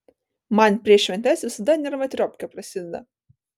man prieš šventes visada nervatriopkė prasideda